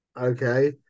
Okay